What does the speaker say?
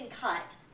cut